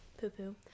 poo-poo